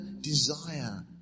desire